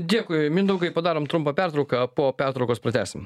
dėkui mindaugai padarom trumpą pertrauką po pertraukos pratęsim